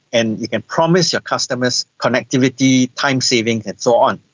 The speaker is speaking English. and you can promise your customers connectivity, time saving and so on.